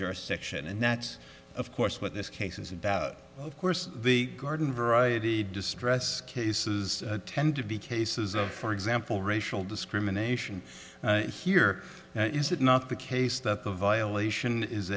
jurisdiction and that's of course what this case is about of course the garden variety distress cases tend to be cases of for example racial discrimination here is it not the case that the violation is